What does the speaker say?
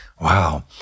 Wow